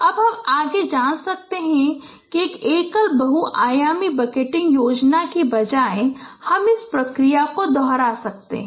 अब हम आगे जान सकते हैं कि एकल बहु आयामी बकेटिंग योजना के बजाय हम इस प्रक्रिया को दोहरा सकते हैं